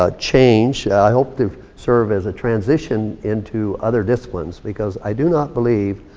ah change. i hope to serve as a transition into other disciplines because i do not believe.